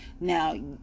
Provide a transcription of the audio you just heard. Now